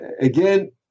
Again